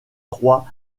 trois